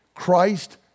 Christ